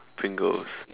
Pringles